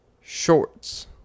shorts